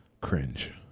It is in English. cringe